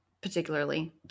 particularly